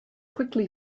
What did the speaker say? quickly